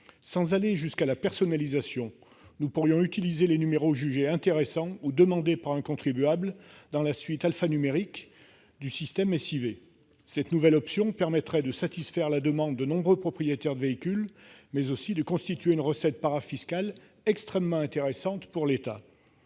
Sans aller jusqu'à la personnalisation, nous pourrions utiliser les numéros jugés intéressants ou demandés par les contribuables dans la suite alphanumérique du système SIV. Cette nouvelle option permettrait de satisfaire la demande de nombreux propriétaires de véhicules, mais aussi de constituer une recette parafiscale extrêmement intéressante pour l'État.